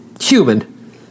human